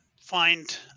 find